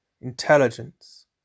intelligence